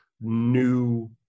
new